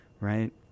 right